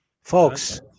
Folks